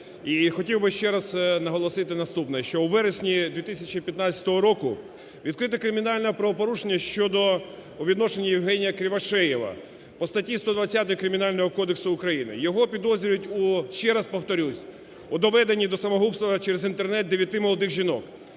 хотів би ще раз наголосити наступне, що у вересні 2015 року відкрите кримінальних правопорушення щодо... у відношенні Євгенія Кривошеєва по статті 120 Кримінального кодексу України. Його підозрюють у, ще раз повторюсь, у доведенні до самогубства через Інтернет дев'яти молодих жінок,